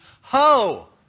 Ho